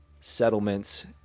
settlements